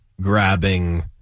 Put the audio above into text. Grabbing